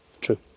true